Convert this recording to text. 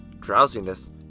drowsiness